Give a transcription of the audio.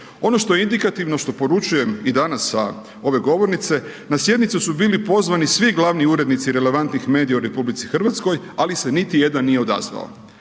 Ono što je indikativno, što poručujem i danas sa ove govornice, na sjednicu su bili pozvani svi glavni urednici relevantnih medija u RH, ali se niti jedan nije odazvao.